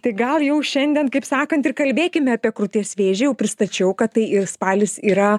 tai gal jau šiandien kaip sakant ir kalbėkim apie krūties vėžį jau pristačiau kad tai spalis yra